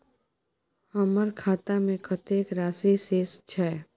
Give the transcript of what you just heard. हमर खाता में कतेक राशि शेस छै?